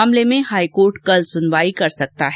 मामले में हाईकोर्ट कल सुनवाई कर सकता है